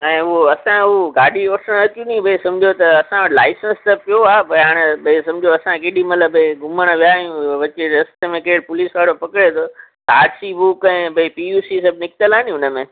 ऐं उहो असां उहा गाॾी वठण अचूं नी भई समुझो त असां वटि लाइसंस त पियो आहे भई हाणे भई समुझो असां केॾी महिल भई घुमण विया आहियूं विच रस्ते में केर पुलिस वारो पकिड़े त आर सी बुक ऐं भई पी यू सी सभु निकितल आहे नी हुन में